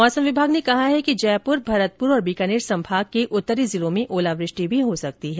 मौसम विभाग ने कहा है कि जयपुर भरतपुर और बीकानेर संभाग के उत्तरी जिलों में ओलावृष्टि भी हो सकता है